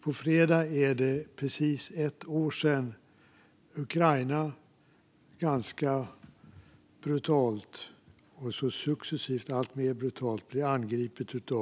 På fredag är det precis ett år sedan Ukraina angreps av Ryssland ganska brutalt, och successivt allt brutalare.